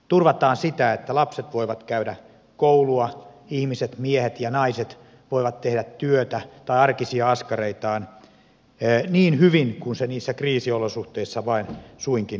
turvataan sitä että lapset voivat käydä koulua ja ihmiset miehet ja naiset voivat tehdä työtä tai arkisia askareitaan niin hyvin kuin se niissä kriisiolosuhteissa vain suinkin on mahdollista